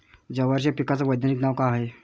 जवारीच्या पिकाचं वैधानिक नाव का हाये?